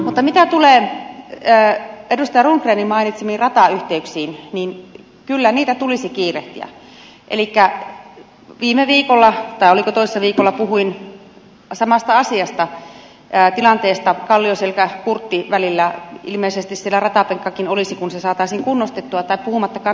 mutta mitä tulee edustaja rundgrenin mainitsemiin ratayhteyksiin niin kyllä niiden rakentamista tulisi kiirehtiä elikkä viime viikolla tai oliko toissa viikolla puhuin samasta asiasta tilanteesta kallioselkäkurtti välillä ilmeisesti siellä ratapenkkakin olisi kun se saataisiin kunnostettua puhumattakaan taivalkoskelle